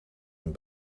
een